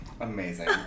Amazing